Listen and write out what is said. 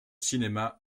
cinéma